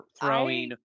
throwing